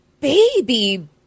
Baby